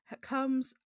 comes